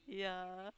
yeah